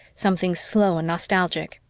something slow and nostalgic.